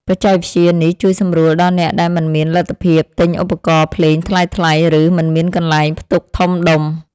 បច្ចេកវិទ្យានេះជួយសម្រួលដល់អ្នកដែលមិនមានលទ្ធភាពទិញឧបករណ៍ភ្លេងថ្លៃៗ ឬ មិនមានកន្លែងផ្ទុកធំដុំ។